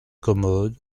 commode